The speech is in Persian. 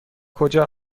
کجا